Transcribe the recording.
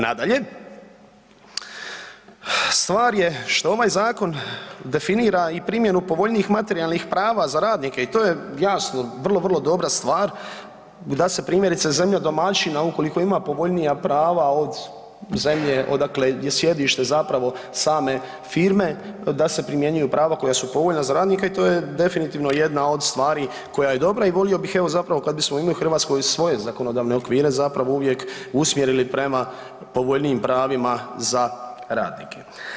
Nadalje, stvar je što ovaj zakon definira i primjenu povoljnijih materijalnih prava za radnike i to je jasno vrlo, vrlo dobra stvar da se primjerice zemlja domaćina ukoliko ima povoljnija prava od zemlje odakle je sjedište zapravo same firme da se primjenjuju prava koja su povoljna za radnika i to je definitivno jedna od stvari koja je dobra i volio bih evo zapravo kad bismo i mi u Hrvatskoj u svoje zakonodavne okvire zapravo uvijek usmjerili prema povoljnijim pravima za radnike.